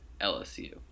LSU